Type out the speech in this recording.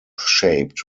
shaped